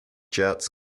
jets